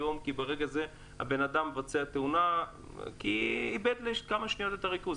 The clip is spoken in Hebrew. לתהום ברגע אחד של כעס או של איבוד ריכוז.